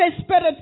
Spirit